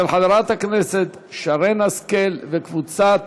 של חברת הכנסת שרן השכל וקבוצת